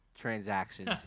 Transactions